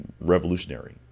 revolutionary